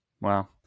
wow